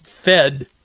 Fed